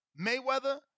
Mayweather